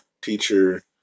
teacher